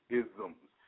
isms